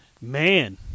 man